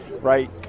right